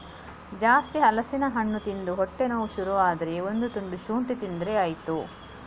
ಜಾಸ್ತಿ ಹಲಸಿನ ಹಣ್ಣು ತಿಂದು ಹೊಟ್ಟೆ ನೋವು ಶುರು ಆದ್ರೆ ಒಂದು ತುಂಡು ಶುಂಠಿ ತಿಂದ್ರೆ ಆಯ್ತು